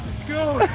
school?